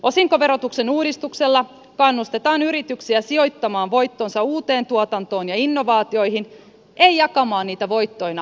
osinkoverotuksen uudistuksella kannustetaan yrityksiä sijoittamaan voittonsa uuteen tuotantoon ja innovaatioihin ei jakamaan niitä voittoina omistajille